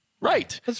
Right